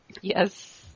Yes